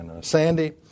Sandy